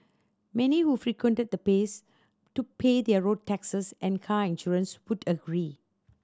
many who frequented the place to pay their road taxes and car insurance would agree